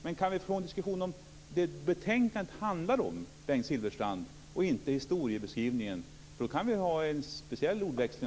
Men kan vi få en diskussion om det betänkandet handlar om, Bengt Silverstrand, och inte en historieskrivning? Där kan vi ha en särskild ordväxling.